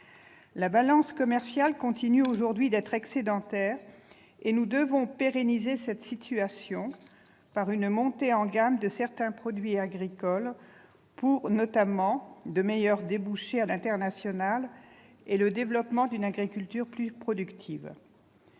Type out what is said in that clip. La balance commerciale continue aujourd'hui d'être excédentaire, et nous devons pérenniser cette situation par une montée en gamme de certains produits agricoles, pour obtenir, notamment, de meilleurs débouchés à l'international et assurer le développement d'une agriculture plus productive.